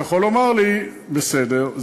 אתה יכול לומר לי: בסדר,